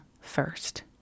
first